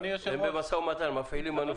הם במשא ומתן, הם מפעילים מנופים.